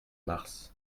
mars